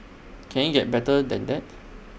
can IT get better than that